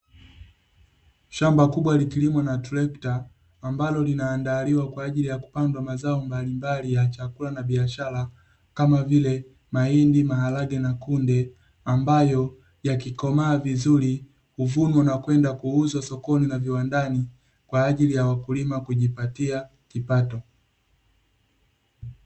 Shamba kubwa likilimwa na trekta, ambalo linaandaliwa kwa ajili ya kupandwa mazao mbalimbali ya chakula na biashara, kama vile mahindi, maharage na kunde ambayo yakikomaa vizuri huvunwa na kwenda kuuzwa sokoni na viwandani, kwa ajili ya wakulima kujipatia kipato.